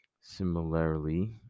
similarly